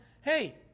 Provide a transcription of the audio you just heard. hey